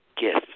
gift